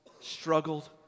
struggled